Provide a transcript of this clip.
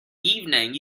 evening